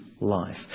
life